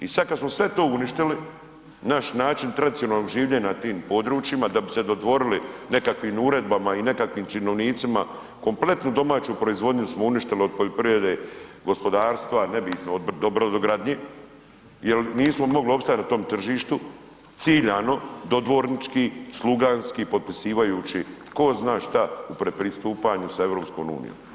I sada kada smo sve to uništili, naš način tradicionalnog življenja na tim područjima da bi se dodvorili nekakvim uredbama i nekakvim činovnicima kompletnu domaću proizvodnju smo uništili od poljoprivrede, gospodarstva, ne bitno, do brodogradnje jer nismo mogli opstati na tom tržištu, ciljano, dodvornički, sluganski potpisivajući tko zna šta u predpristupanju sa EU.